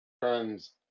turns